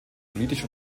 politisch